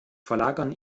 verlagern